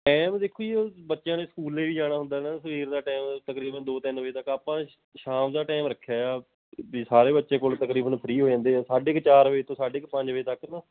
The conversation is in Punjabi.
ਟਾਈਮ ਦੇਖੋ ਜੀ ਬੱਚਿਆਂ ਨੇ ਸਕੂਲ ਲਈ ਵੀ ਜਾਣਾ ਹੁੰਦਾ ਨਾ ਸਵੇਰ ਦਾ ਟਾਈਮ ਤਕਰੀਬਨ ਦੋ ਤਿੰਨ ਵਜੇ ਤੱਕ ਆਪਾਂ ਸ਼ਾਮ ਦਾ ਟਾਈਮ ਰੱਖਿਆ ਆ ਵੀ ਸਾਰੇ ਬੱਚੇ ਕੁੱਲ ਤਕਰੀਬਨ ਫਰੀ ਹੋ ਜਾਂਦੇ ਆ ਸਾਢੇ ਕੁ ਚਾਰ ਵਜੇ ਤੋਂ ਸਾਢੇ ਕੁ ਪੰਜ ਵਜੇ ਤੱਕ ਨਾ